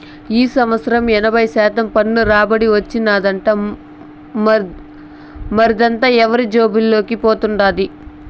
ఈ సంవత్సరం ఎనభై శాతం పన్ను రాబడి వచ్చినాదట, మరదంతా ఎవరి జేబుల్లోకి పోతండాది